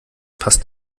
passt